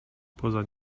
poza